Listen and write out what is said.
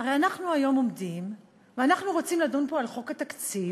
הרי אנחנו היום עומדים ואנחנו רוצים לדון פה על חוק התקציב,